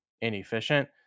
inefficient